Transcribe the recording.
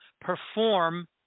perform